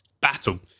battle